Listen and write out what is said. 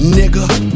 nigga